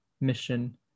Mission